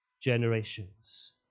generations